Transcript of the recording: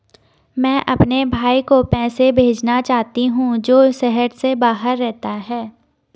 मैं अपने भाई को पैसे भेजना चाहता हूँ जो शहर से बाहर रहता है